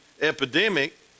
epidemic